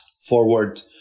forward